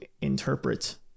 interpret